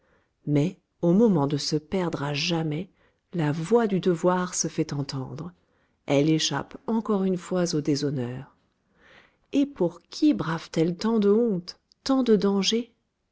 mais au moment de se perdre à jamais la voix du devoir se fait entendre elle échappe encore une fois au déshonneur et pour qui brave t elle tant de honte tant de danger